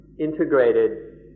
integrated